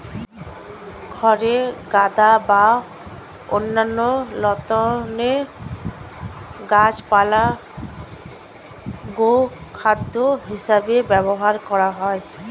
খড়ের গাদা বা অন্যান্য লতানো গাছপালা গোখাদ্য হিসেবে ব্যবহার করা হয়